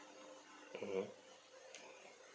mmhmm